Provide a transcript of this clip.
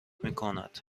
میکند